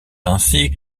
ainsi